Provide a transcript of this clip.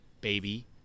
baby